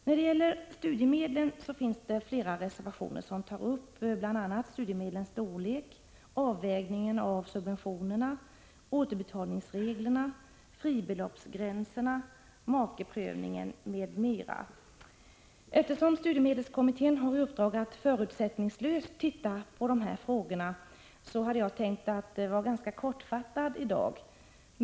När det gäller studiemedlen finns det flera reservationer där man tar upp sådant som rör studiemedlens storlek, avvägningen av subventionerna, återbetalningsreglerna, fribeloppsgränserna, makeprövningen m.m. Studiemedelskommittén har i uppdrag att förutsättningslöst se på dessa frågor. Därför hade jag tänkt fatta mig ganska kort i dag.